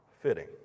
fitting